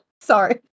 Sorry